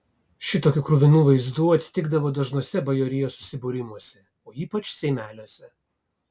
šitokių kruvinų vaizdų atsitikdavo dažnuose bajorijos susibūrimuose o ypač seimeliuose